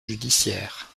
judiciaires